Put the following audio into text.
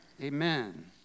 Amen